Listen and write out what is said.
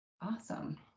Awesome